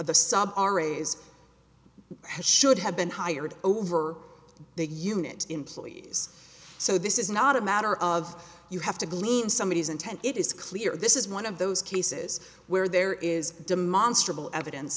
the sub raised his should have been hired over the unit employees so this is not a matter of you have to clean somebody is intent it is clear this is one of those cases where there is demonstrably evidence